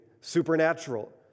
supernatural